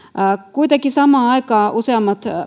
kuitenkin samaan aikaan useammat